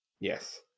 Yes